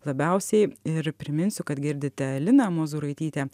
labiausiai ir priminsiu kad girdite liną mozūraitytę